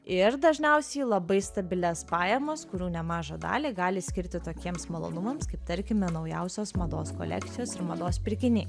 ir dažniausiai labai stabilias pajamas kurių nemažą dalį gali skirti tokiems malonumams kaip tarkime naujausios mados kolekcijos ir mados pirkiniai